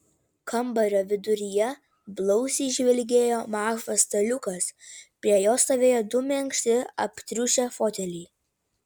kambario viduryje blausiai žvilgėjo mažas staliukas prie jo stovėjo du minkšti aptriušę foteliai